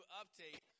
update